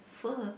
pho